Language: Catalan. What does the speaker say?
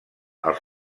els